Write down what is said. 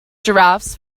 giraffes